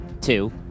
Two